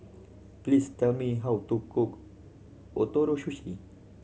please tell me how to cook Ootoro Sushi